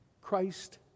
Christ